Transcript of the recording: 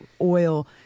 oil